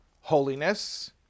holiness